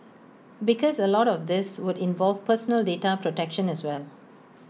because A lot of this would involve personal data protection as well